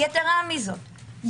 יתרה מזאת,